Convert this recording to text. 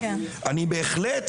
אני בהחלט